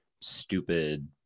stupid